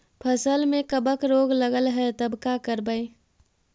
फसल में कबक रोग लगल है तब का करबै